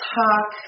talk